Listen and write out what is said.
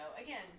again